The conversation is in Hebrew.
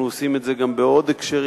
אנחנו עושים את זה גם בעוד הקשרים.